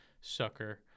sucker